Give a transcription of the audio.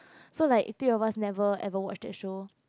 so like three of us never watch the show